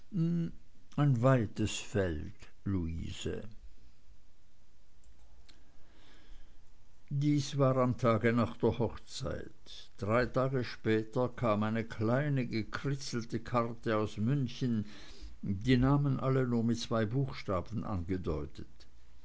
ein weites feld luise dies war am tage nach der hochzeit drei tage später kam eine kleine gekritzelte karte aus münchen die namen alle nur mit zwei buchstaben angedeutet